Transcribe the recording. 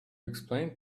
explain